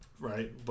Right